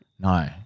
No